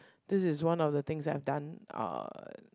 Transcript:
this is one of the things that I've done uh